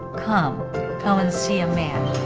come. come and see a man.